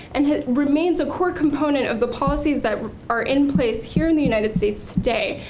and it remains a core component of the policies that are in place here in the united states today.